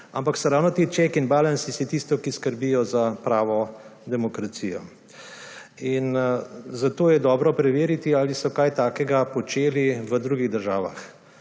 ampak ravno checks and balances je tisto, kar skrbi za pravo demokracijo. Zato je dobro preveriti, ali so kaj takega počeli v drugih državah.